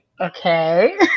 okay